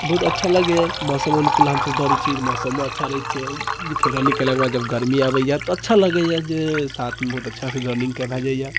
तऽ बहुत अच्छा लगैए मौसम अनुकूल हमसब दौड़ैत छी मौसमो अच्छा रहैत छै फेर रनिङ्ग कयला बाद जब गर्मी अबैए तऽ अच्छा लगैए जे साथमे बहुत अच्छासँ रनिङ्गके भए जाइए